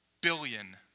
billion